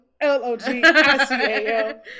L-O-G-I-C-A-L